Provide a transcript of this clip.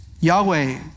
Yahweh